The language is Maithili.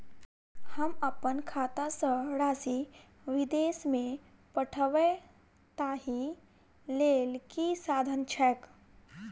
हम अप्पन खाता सँ राशि विदेश मे पठवै ताहि लेल की साधन छैक?